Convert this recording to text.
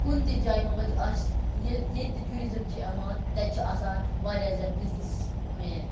کُنہِ تہِ جایہِ مَگَر آسہِ ییٚلہِ ییٚتہِ تہٕ ٹورِزِم چھُ یِوان تَتہِ چھ آسان واریاہ زیادٕ بِزنِس مین